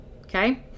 Okay